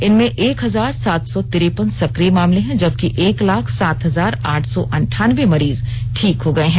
इनमें एक हजार सात सौ तिरपन सक्रिय मामले हैं जबकि एक लाख सात हजार आठ सौ अंठानबे मरीज ठीक हो गए हैं